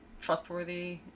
trustworthy